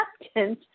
acceptance